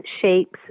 shapes